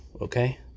okay